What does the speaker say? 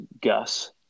Gus